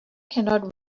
cannot